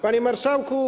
Panie Marszałku!